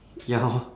ya lor